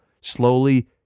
Slowly